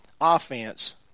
offense